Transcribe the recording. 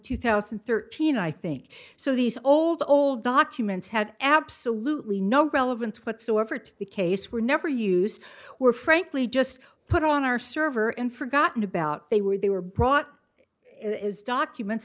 two thousand and thirteen i think so these old old documents had absolutely no relevance whatsoever to the case were never used were frankly just put on our server and forgotten about they were they were brought in as documents